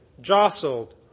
jostled